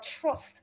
trust